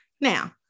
Now